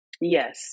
Yes